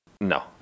No